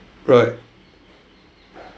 right